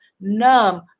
numb